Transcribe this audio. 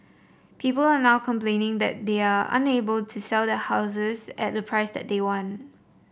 people are now complaining that they are unable to sell their houses at the price that they want